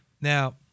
now